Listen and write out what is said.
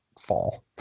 fall